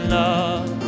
love